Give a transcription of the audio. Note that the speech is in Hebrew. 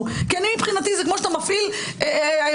כי מבחינתי זה כמו שאתה מפעיל הקלטה.